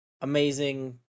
amazing